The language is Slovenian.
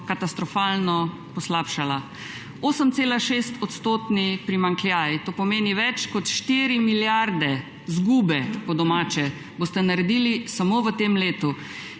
katastrofalno poslabšala. 8,6-odstotni primanjkljaj, to pomeni več kot 4 milijarde izgube, po domače, boste naredili samo v tem letu.